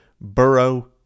Burrow